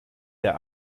der